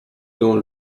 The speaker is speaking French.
dans